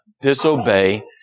disobey